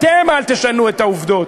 אתם אל תשנו את העובדות.